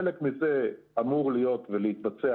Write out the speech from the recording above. חלק מזה אמור להיות ולהתבצע,